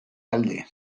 galde